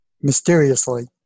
mysteriously